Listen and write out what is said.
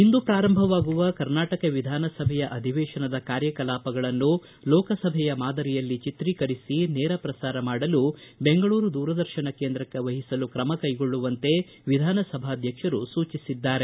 ಇಂದು ಪ್ರಾರಂಭವಾಗುವ ಕರ್ನಾಟಕ ವಿಧಾನಸಭೆಯ ಅಧಿವೇತನದ ಕಾರ್ಯಕಲಾಪಗಳನ್ನು ಲೋಕಸಭೆಯ ಮಾದರಿಯಲ್ಲಿ ಚಿತ್ರೀಕರಿಸಿ ನೇರ ಪ್ರಸಾರ ಮಾಡಲು ಬೆಂಗಳೂರು ದೂರದರ್ಶನ ಕೇಂದ್ರಕ್ಕೆ ವಹಿಸಲು ಕ್ರಮಕೈಗೊಳ್ಳುವಂತೆ ವಿಧಾನ ಸಭಾಧ್ಯಕ್ಷರು ಸೂಚಿಸಿದ್ದಾರೆ